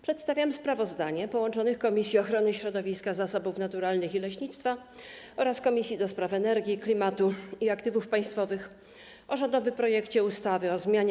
Przedstawiam sprawozdanie połączonych Komisji Ochrony Środowiska, Zasobów Naturalnych i Leśnictwa oraz Komisji do Spraw Energii, Klimatu i Aktywów Państwowych o rządowym projekcie ustawy o zmianie